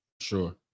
sure